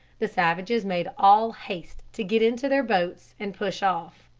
the savages made all haste to get into their boats and push off.